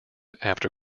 after